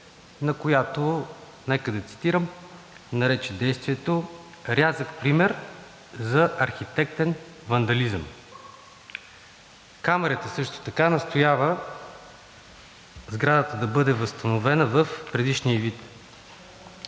на която, нека да цитирам, нарече действието „рязък пример за архитектен вандализъм“. Камарата също така настоява сградата да бъде възстановена в предишния ѝ вид.